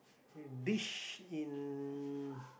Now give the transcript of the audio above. dish in